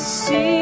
See